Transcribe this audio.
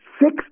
six